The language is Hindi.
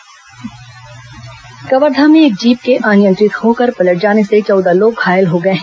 दर्घटना कवर्धा में एक जीप के अनियंत्रित होकर पलट जाने से चौदह लोग घायल हो गए हैं